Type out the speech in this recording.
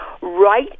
right